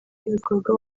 y’ibikorwa